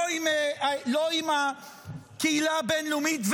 לא עם הקהילה הבין-לאומית.